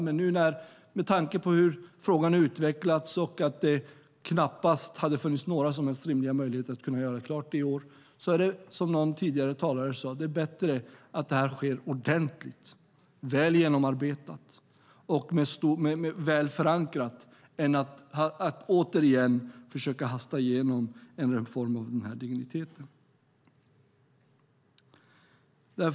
Men med tanke på hur frågan har utvecklats och att det knappast hade funnits några som helst rimliga möjligheter att göra klart det i år är det, som någon tidigare talare sade, bättre att detta sker ordentligt, väl genomarbetat och väl förankrat än att man återigen försöker hasta igenom en reform av denna dignitet.